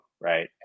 right